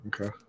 Okay